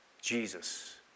Jesus